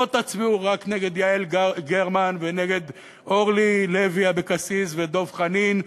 לא תצביעו רק נגד יעל גרמן ונגד אורלי לוי אבקסיס ודב חנין,